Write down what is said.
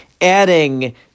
adding